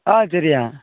ஆ சரிய்யா